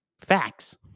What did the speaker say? Facts